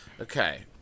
Okay